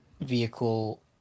vehicle